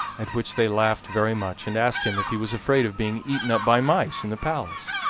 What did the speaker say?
at which they laughed very much, and asked him if he was afraid of being eaten up by mice in the palace.